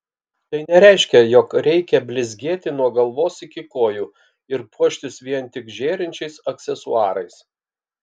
tai nereiškia jog reikia blizgėti nuo galvos iki kojų ir puoštis vien tik žėrinčiais aksesuarais